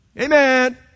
Amen